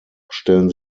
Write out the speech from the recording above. stellen